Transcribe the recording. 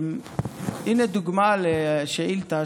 הינה דוגמה לשאילתה,